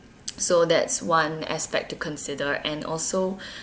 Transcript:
so that's one aspect to consider and also